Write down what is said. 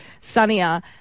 sunnier